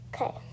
Okay